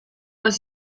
was